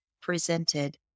presented